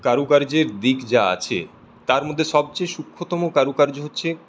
কারুকার্যের দিক যা আছে তার মধ্যে সবচেয়ে সূক্ষতম কারুকার্য হচ্ছে